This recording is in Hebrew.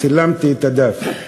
צילמתי את הדף.